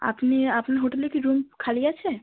আপনি আপনার হোটেলে কি রুম খালি আছে